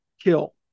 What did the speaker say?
kill